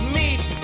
meet